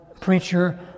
preacher